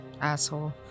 asshole